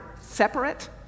separate